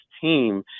team